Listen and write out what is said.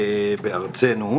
הספורט בארצנו.